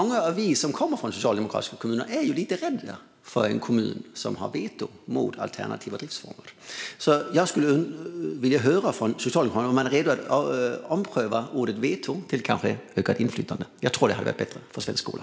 Många av oss som kommer från socialdemokratiska kommuner är lite rädda för en kommun som har veto mot alternativa driftsformer. Jag skulle därför vilja höra från Socialdemokraterna om man är redo att ompröva ordet veto och ändra det till ökat inflytande. Jag tror att det hade varit bättre för svensk skola.